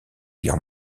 guerre